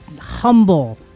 humble